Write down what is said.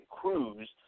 Cruz